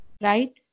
Right